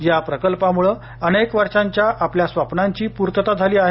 या प्रकल्पामुळं अनेक वर्षांच्या आपल्या स्वप्नांची पूर्तता झाली आहे